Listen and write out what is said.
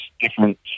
different